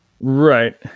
right